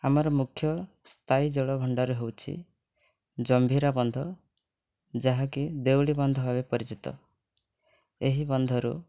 ଆମର ମୁଖ୍ୟ ସ୍ଥାୟୀ ଜଳଭଣ୍ଡାର ହେଉଛି ଜମ୍ବିରା ବନ୍ଧ ଯାହାକି ଦେଉଳି ବନ୍ଧ ଭାବରେ ପରିଚିତ ଏହି ବନ୍ଧରୁ